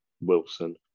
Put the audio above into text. Wilson